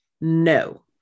No